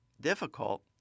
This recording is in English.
difficult